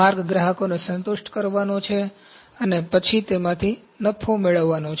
માર્ગ ગ્રાહકોને સંતુષ્ટ કરવાનો છે અને પછી તેમાંથી નફો મેળવવાનો છે